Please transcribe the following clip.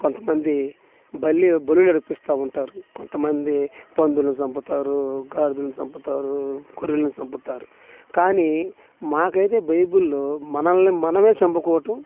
కొంతమంది బల్లి బలులు రప్పిస్తూ ఉంటారు కొంతమంది పందులు చంపుతారు గాడిదలను చంపుతారు గొర్రెలను చంపుతారు కానీ మాకైతే బైబుల్ మనల్ని మనమే చంపుకోవటం